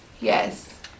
Yes